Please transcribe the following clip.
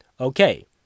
Okay